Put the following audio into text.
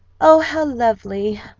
oh, how lovely,